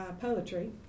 poetry